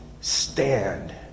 stand